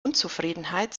unzufriedenheit